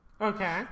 Okay